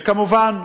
וכמובן,